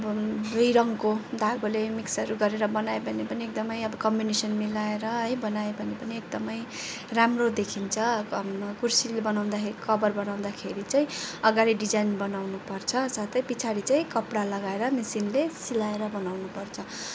अब दुई रङको धागोले मिक्सहरू गरेर बनायो भने पनि एकदमै कम्बिनेसन मिलाएर है बनायो भने पनि एकदमै राम्रो देखिन्छ कुर्सीले बनाउँदाखेरि कभर बनाउँदाखेरि चाहिँ अघाडि डिजाइन बनाउनुपर्छ साथै पछाडि चाहिँ कपडा लगाएर मेसिनले सिलाएर बनाउनुपर्छ